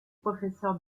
professeur